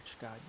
God